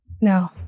No